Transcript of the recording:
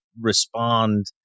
respond